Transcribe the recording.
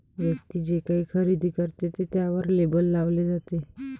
व्यक्ती जे काही खरेदी करते ते त्यावर लेबल लावले जाते